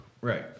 Right